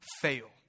fail